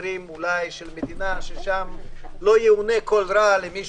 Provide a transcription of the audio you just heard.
במקרים של מדינה ששם לא יאונה כל רע למי